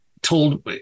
told